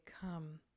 come